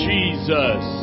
Jesus